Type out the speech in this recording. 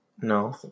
No